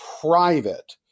private